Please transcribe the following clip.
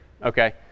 Okay